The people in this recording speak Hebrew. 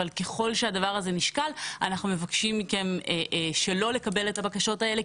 אבל ככל שהדבר הזה נשקל אנחנו מבקשים מכם שלא לקבל את הבקשות האלה.